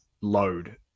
load